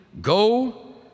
go